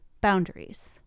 boundaries